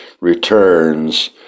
returns